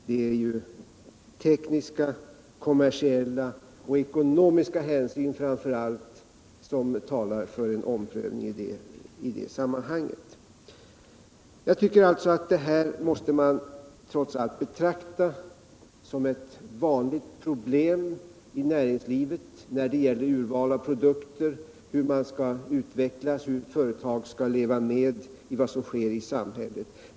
Det är ju tekniska, kommersiella och ekonomiska hänsyn framför allt som talar för en omprövning i det sammanhanget. Jag tycker alltså att man trots allt måste betrakta det som ett vanligt problem i näringslivet när det gäller urval av produkter, hur verksamheten skall utvecklas, hur företag skall leva med i vad som sker i samhället.